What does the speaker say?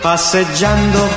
Passeggiando